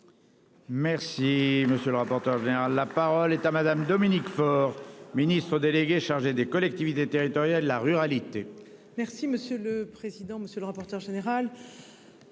Merci monsieur le rapporteur général. La parole est à Madame Dominique Faure Ministre délégué chargé des collectivités territoriales la ruralité. Merci monsieur le président, monsieur le rapporteur général.